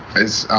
as